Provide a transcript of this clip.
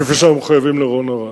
כפי שאנחנו מחויבים לרון ארד.